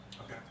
Okay